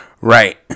Right